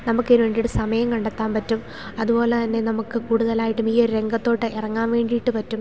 നമുക്ക് ഇതിന് വേണ്ടിയിട്ട് സമയം കണ്ടെത്താൻ പറ്റും അതുപോലെ തന്നെ നമുക്ക് കൂടുതലായിട്ടും ഈ ഒരു രംഗത്തോട്ട് ഇറങ്ങാൻ വേണ്ടിയിട്ട് പറ്റും